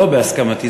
לא בהסכמתי,